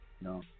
No